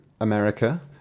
America